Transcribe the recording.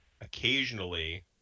occasionally